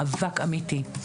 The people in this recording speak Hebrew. מאבק אמיתי.